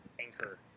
anchor